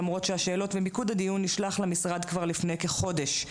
למרות שהשאלות ומיקוד הדיון נשלח למשרד כבר לפני כחודש.